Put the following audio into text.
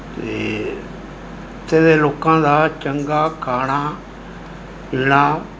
ਅਤੇ ਇੱਥੇ ਦੇ ਲੋਕਾਂ ਦਾ ਚੰਗਾ ਖਾਣਾ ਪੀਣਾ